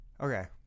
okay